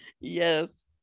Yes